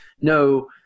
no